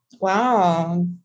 Wow